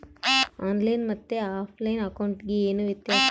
On line ಮತ್ತೆ offline ಅಕೌಂಟಿಗೆ ಏನು ವ್ಯತ್ಯಾಸ?